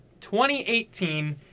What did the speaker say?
2018